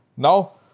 now,